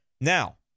Now